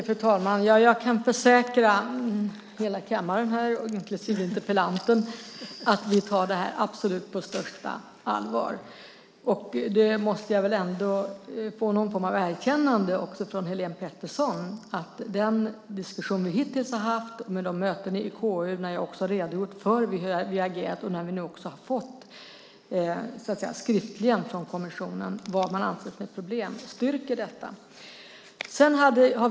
Fru talman! Jag kan försäkra hela kammaren inklusive interpellanten att vi tar det här på absolut största allvar. Jag måste väl ändå få någon form av erkännande också från Helene Petersson för den diskussion vi hittills har fört och för de möten i KU där jag redogjorde för hur vi har agerat. Nu har vi ju också fått skriftligt från kommissionen vad den anser problemet är. Detta styrker att vi tar det på allvar.